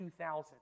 2000